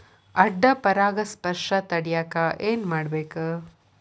ಅಡ್ಡ ಪರಾಗಸ್ಪರ್ಶ ತಡ್ಯಾಕ ಏನ್ ಮಾಡ್ಬೇಕ್?